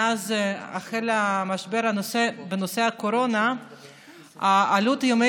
מאז החל המשבר בנושא הקורונה עלות ימי